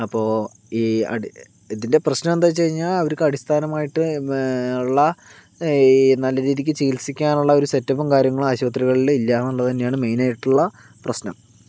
അപ്പോൾ ഈ ഇതിൻറ്റെ പ്രശ്നന്താന്നു വച്ച് കഴിഞ്ഞാ അവര് അടിസ്ഥാനമായിട്ട് ഉള്ള ഈ നല്ല രീതിക്ക് ചികിൽസിക്കാനുള്ള ഒരു സെറ്റപ്പും കാര്യങ്ങളും ആശുപത്രികളിൽ ഇല്ലാന്നുള്ളത് തന്നെയാണ് ആശുപത്രികളിൽ മെയിനായിട്ടുള്ള പ്രശ്നം